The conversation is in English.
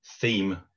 theme